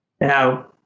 Now